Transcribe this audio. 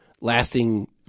lasting